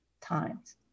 times